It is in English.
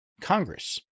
Congress